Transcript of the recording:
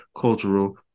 cultural